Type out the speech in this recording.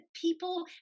people